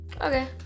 Okay